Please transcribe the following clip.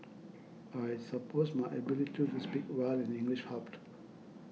I suppose my ability to speak well in English helped